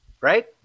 right